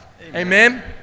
Amen